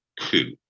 coup